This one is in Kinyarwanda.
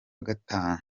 gatatu